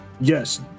Yes